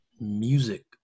music